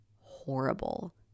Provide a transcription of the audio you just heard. horrible